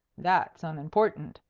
that's unimportant,